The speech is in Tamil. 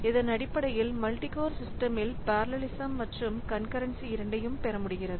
இதனடிப்படையில் மல்டி கோர் சிஸ்டமில் பெரலலிசம் மற்றும் கன்கரென்ஸி இரண்டையும் பெறமுடிகிறது